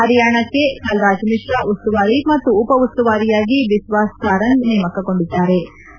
ಪರಿಯಾಣಕ್ಕೆ ಕಲ್ರಾಜ್ಮಿಶ್ರಾ ಉಸ್ತುವಾರಿ ಮತ್ತು ಉಪ ಉಸ್ತುವಾರಿಯಾಗಿ ಬಿಶ್ರಾಸ್ಸಾರಂಗ್ ನೇಮಕಗೊಂಡಿದ್ಲಾರೆ